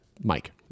Mike